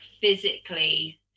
physically